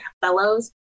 fellows